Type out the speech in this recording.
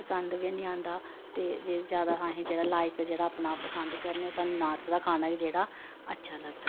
पसंद बी हैनी आंदा ते जेह्दे च ज्यादा असेंगी जेह्ड़ा लाइक जेह्ड़ा अपना पसंद करने आं ओह् सानूं नार्थ दा खाना जेह्ड़ा अच्छा लगदा